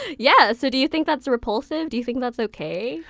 yeah! so do you think that's repulsive? do you think that's okay?